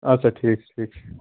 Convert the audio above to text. اَدٕ سا ٹھیٖک چھُ ٹھیٖک چھُ